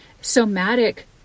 somatic